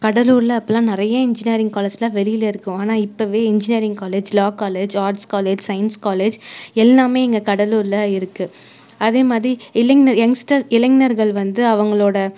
கடலூரில் அப்போல்லாம் நிறைய இன்ஜினியரிங் காலேஜ்லாம் வெளியில் இருக்கும் ஆனால் இப்பவே இன்ஜினியரிங் காலேஜ் லா college arts college science college எல்லாமே இங்கே கடலூரில் இருக்கு அதே மாதிரி இளைஞர் யங்ஸ்டர் இளைஞர்கள் வந்து அவர்களோட